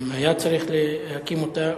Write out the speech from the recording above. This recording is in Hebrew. אם צריך היה להקים אותה.